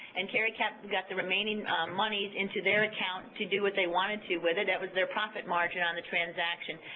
and caricap got the remaining monies into their account to do what they wanted to with it, that was their profit margin on the transaction,